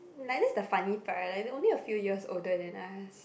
like that's the funny part right like they're only a few years older than us